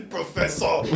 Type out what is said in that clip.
Professor